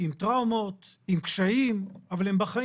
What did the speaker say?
עם טראומות, עם קשיים, אבל הם בחיים.